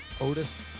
Otis